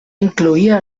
incloïa